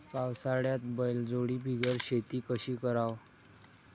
पावसाळ्यात बैलजोडी बिगर शेती कशी कराव?